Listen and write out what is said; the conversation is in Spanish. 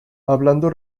hablando